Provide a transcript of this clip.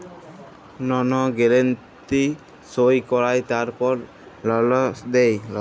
লল গ্যারান্টি সই কঁরায় তারপর লল দেই